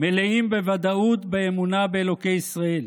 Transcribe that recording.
מלאים בוודאות באמונה באלוקי ישראל.